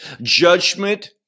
Judgment